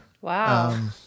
wow